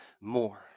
more